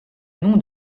nom